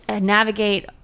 navigate